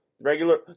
Regular